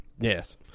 Yes